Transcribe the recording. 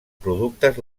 productes